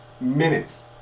Minutes